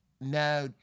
now